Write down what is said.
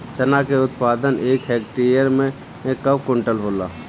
चना क उत्पादन एक हेक्टेयर में कव क्विंटल होला?